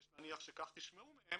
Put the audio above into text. יש להניח שכך תשמעו מהם,